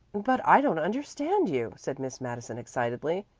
but i don't understand you, said miss madison excitedly.